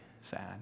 sad